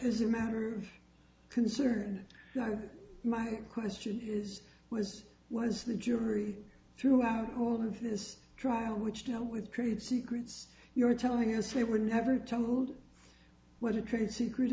is a matter of concern my question is was was the jury throughout all of this trial which now with trade secrets you are telling us they were never told what the trade secret